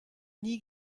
nie